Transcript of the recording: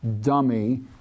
dummy